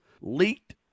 leaked